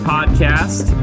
Podcast